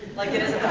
like it is